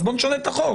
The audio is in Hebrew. אז בואו נשנה את החוק.